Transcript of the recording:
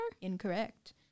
incorrect